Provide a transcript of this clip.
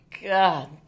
God